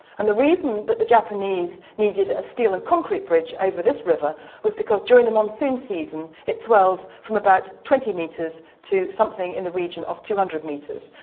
and the reason that the japanese needed a steel and concrete bridge over this river was because during the monsoon season it swelled from about twenty metres to something in the region of two hundred metres,